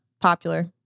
popular